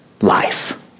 life